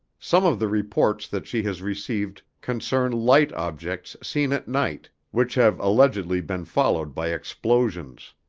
some of the reports that she has received concern light objects seen at night which have allegedly been followed by explosions.